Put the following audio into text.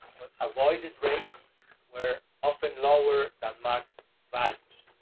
avoided rates were often lower than market but